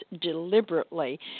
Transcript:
deliberately